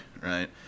right